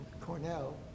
Cornell